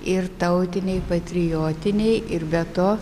ir tautiniai patriotiniai ir be to